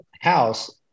house